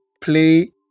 play